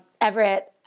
Everett